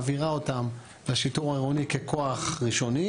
מעבירה אותם לשיטור העירוני ככוח ראשוני